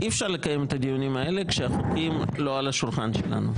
אי-אפשר לקיים את הדיונים האלה כשהחוקים לא על השולחן שלנו,